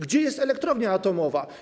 Gdzie jest elektrownia atomowa?